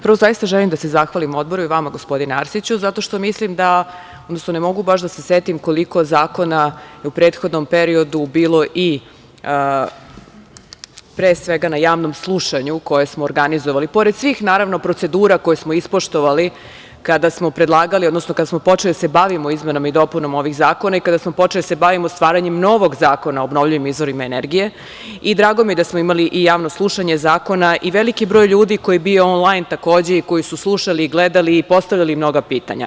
Prvo, zaista želim da se zahvalim Odboru i vama, gospodine Arsiću, zato što mislim, odnosno ne mogu baš da se setim koliko zakona je u prethodnom periodu bilo i, pre svega na Javnom slušanju koje smo organizovali, pored svih procedura koje smo ispoštovali kada smo predlagali, odnosno kada smo počeli da se bavimo izmenama i dopunama ovih zakona i kada smo počeli da se bavimo stvaranjem novog zakona o obnovljivim izvorima energije, i drago mi je da smo imali i Javno slušanje zakona, takođe i veliki broj ljudi koji je bio onlajn i koji su slušali i gledali, postavljali mnoga pitanja.